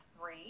three